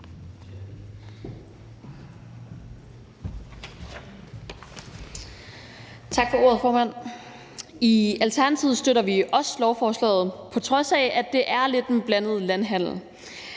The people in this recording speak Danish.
Tak for ordet, formand. I Alternativet støtter vi også lovforslaget, på trods af at det er lidt en blandet landhandel.